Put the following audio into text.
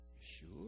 sure